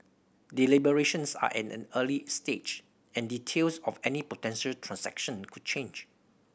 deliberations are at an early stage and details of any potential transaction could change